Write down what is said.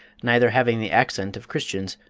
neither having the accent of christians,